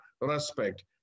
respect